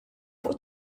fuq